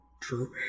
True